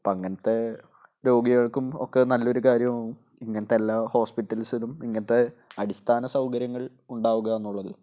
അപ്പോള് അങ്ങനത്തെ രോഗികൾക്കും ഒക്കെ നല്ലൊരു കാര്യമാവും ഇങ്ങനത്തെ എല്ലാ ഹോസ്പിറ്റൽസിലും ഇങ്ങനത്തെ അടിസ്ഥാന സൗകര്യങ്ങൾ ഉണ്ടാവുക എന്നുള്ളത്